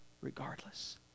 regardless